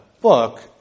book